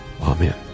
Amen